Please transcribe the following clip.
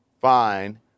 Fine